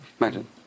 Imagine